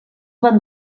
van